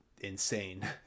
insane